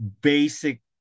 basic